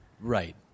Right